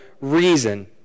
reason